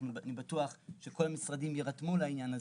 אני בטוח שכל המשרדים יירתמו לעניין הזה,